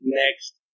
next